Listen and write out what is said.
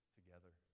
together